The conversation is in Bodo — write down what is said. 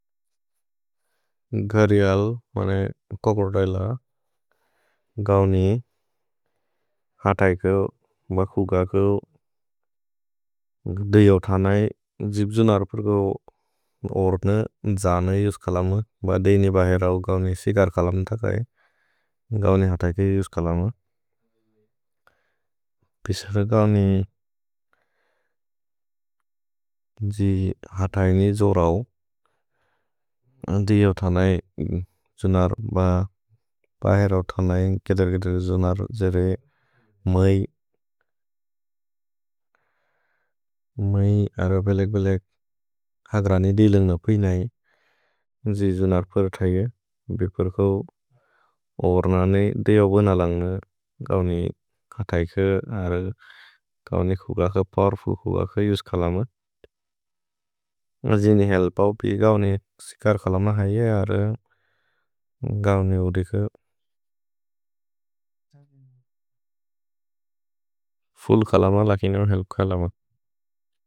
घरिअल् मने कोक्रोदैल गौनि हतैकौ ब खुगाकौ। धेइऔ थनै जिब् जुनर् प्रए कौ ओर्न जानै युस् कलमु ब देइनि बहेरौ गौनि सिगर्कलमु तकै गौनि हतैकै युस् कलमु। पिसर गौनि जि हतैनि जोरौ। धेइऔ थनै जुनर् ब बहेरौ थनै केदर् गेदर् जुनर् जेरे मै। अर पेलेक् पेलेक् अग्रानि देइलन्गु न पुइनै जि जुनर् प्रए थैअ बिह्कुर् कौ ओर्न नेइ धेइऔ गोन। लन्ग गौनि हतैकौ अर गौनि खुगाकौ पोवेर्फुल् खुगाकौ युस् कलमु। जिनि हेल्पौ पि गौनि सिगर्कलमु है यर गौनि उरिकु फुल्ल् कलमु लगिनौ हेल्प् कलमु।